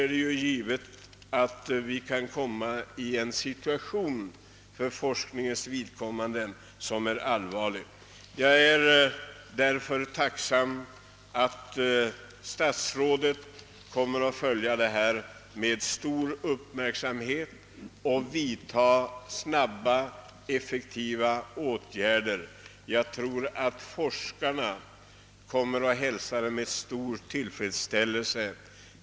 Vidtas inte åtgärder i tid uppstår en åtminstone för forskningen allvarlig situation. Jag är därför tacksam för att statsrådet kommer att följa frågan med stor uppmärksamhet och vidta snabba, effektiva åtgärder. Forskarna hälsar säkerligen detta med stor tillfredsställelse.